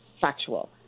factual